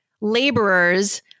laborers